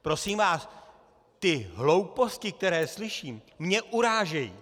Prosím vás, ty hlouposti, které slyším, mě urážejí!